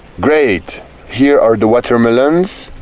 great here are the watermelons